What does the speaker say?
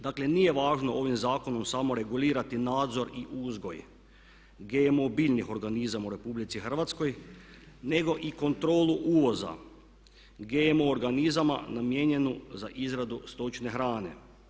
Dakle, nije važno ovim zakonom samo regulirati nadzor i uzgoj GM biljnih organizama u RH nego i kontrolu uvoza GMO namijenjenu za izradu stočne hrane.